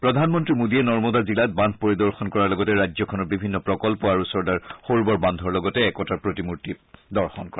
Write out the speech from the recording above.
প্ৰধানমন্ত্ৰী মোডীয়ে নৰ্মদা জিলাত বান্ধ পৰিদৰ্শন কৰাৰ লগতে ৰাজ্যখনৰ বিভিন্ন প্ৰকল্প আৰু চৰ্দাৰ সৰোবৰ বান্ধৰ লগতে একতাৰ প্ৰতিমূৰ্তিও দৰ্শন কৰে